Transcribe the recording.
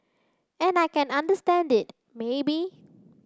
and I can understand it maybe